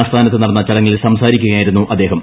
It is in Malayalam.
ആസ്ഥാനത്ത് നടന്ന ചടങ്ങിൽ സംസാരിക്കുകയായിരുന്നു അദ്ദേഹം